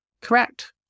correct